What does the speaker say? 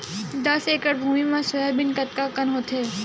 दस एकड़ भुमि म सोयाबीन कतका कन होथे?